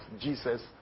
jesus